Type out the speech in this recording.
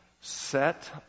Set